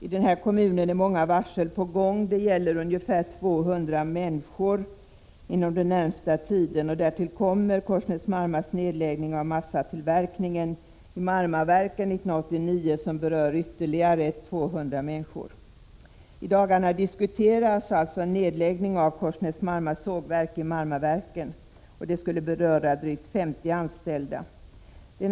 I denna kommun är många varsel gjorda; det gäller ungefär 200 människor inom den närmaste tiden. Därtill kommer Korsnäs-Marmas nedläggning av massatillverkningen vid Marmaverken 1989, som berör ytterligare ca 200 personer. I dagarna diskuteras en nedläggning av Korsnäs-Marmas sågverk i Marmaverken. Det skulle beröra drygt 50 anställda.